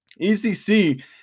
ECC